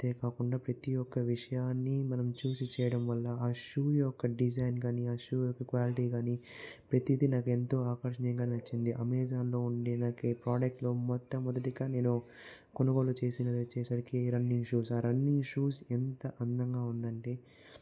అంతేకాకుండా ప్రతి ఒక్క విషయాన్ని మనం చూసి చేయడం వల్ల ఆ షూ యొక్క డిజైన్ గానీ ఆ షూ యొక్క క్వాలిటీ గాని ప్రతిదీ నాకెంతో ఆకర్షణీనీయంగా నచ్చింది అమెజాన్ లో ఉండే నాకు ప్రాడక్ట్ లో మొట్టమొదటిగా నేను కొనుగోలు చేసినది వచ్చేసరికి రన్నింగ్ షూస్ ఆ రన్నింగ్ షూస్ ఎంత అందంగా ఉందంటే